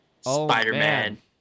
Spider-Man